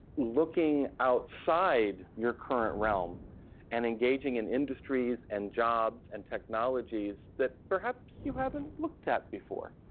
looking outside your current realm and engaging in industries and jobs and technologies that perhaps you haven't looked at before.